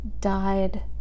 died